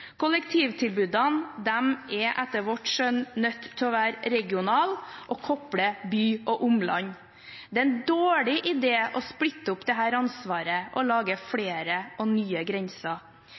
Kollektivtilbudene er etter vårt skjønn nødt til å være regionale og koble by og omland. Det er en dårlig idé å splitte opp dette ansvaret og lage flere og nye grenser.